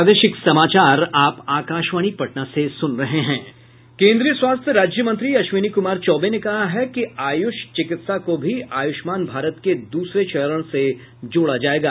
केन्द्रीय स्वास्थ्य राज्य मंत्री अश्विनी कुमार चौबे ने कहा है कि आयुष चिकित्सा को भी आयुष्मान भारत के दूसरे चरण से जोड़ा जायेगा